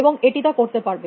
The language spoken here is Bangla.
এবং এটি তা করতে পারবে